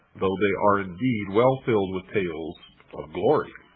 though they are indeed well filled with tales of glory.